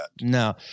No